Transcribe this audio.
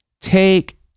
Take